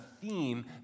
theme